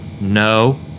no